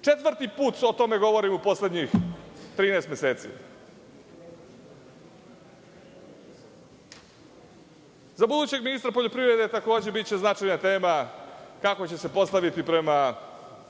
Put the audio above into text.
Četvrti put se o tome govori u poslednjih 13 meseci.Za budućeg ministra poljoprivrede takođe će biti značajna tema kako će se postaviti prema